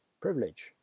privilege